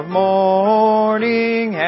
morning